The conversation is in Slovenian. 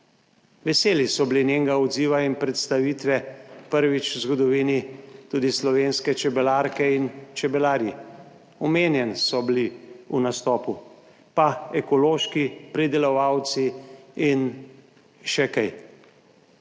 Veseli so bili njenega odziva in predstavitve prvič v zgodovini tudi slovenske čebelarke in čebelarji, omenjeni so bili v nastopu. Pa ekološki pridelovalci in še kaj.